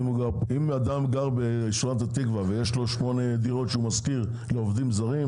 אם אדם גר בשכונת התקווה והוא משכיר שמונה דירות לעובדים זרים,